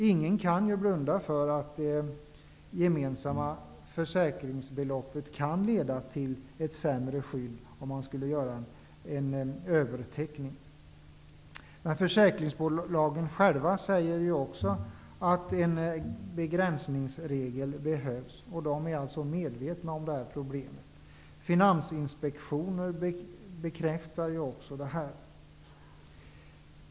Ingen kan blunda för att det gemensamma försäkringsbeloppet kan leda till ett sämre skydd, om man skulle göra en överteckning. Men försäkringsbolagen säger själva att en begränsningsregel behövs. De är alltså medvetna om det här problemet. Finansinspektionen bekräftar också detta.